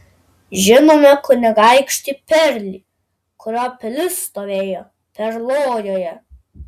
žinome kunigaikštį perlį kurio pilis stovėjo perlojoje